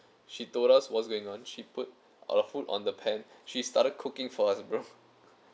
she told us what's going on she put our food on the pan she started cooking for us bro